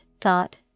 thought